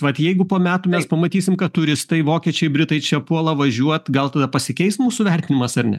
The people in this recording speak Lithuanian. vat jeigu po metų mes pamatysim kad turistai vokiečiai britai čia puola važiuot gal tada pasikeis mūsų vertinimas ar ne